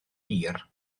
hir